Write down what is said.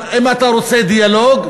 אם אתה רוצה דיאלוג,